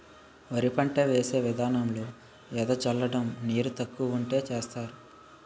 వరి పంట వేసే విదానంలో ఎద జల్లడం నీరు తక్కువ వుంటే సేస్తరు